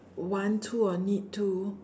want to or need to